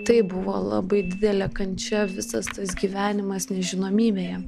tai buvo labai didelė kančia visas tas gyvenimas nežinomybėje